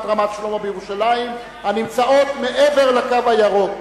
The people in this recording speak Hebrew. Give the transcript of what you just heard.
רמת-שלמה בירושלים הנמצאת מעבר ל"קו הירוק".